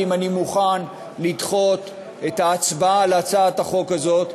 אם אני מוכן לדחות את ההצבעה על הצעת החוק הזאת,